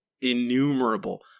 innumerable